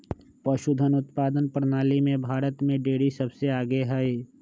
पशुधन उत्पादन प्रणाली में भारत में डेरी सबसे आगे हई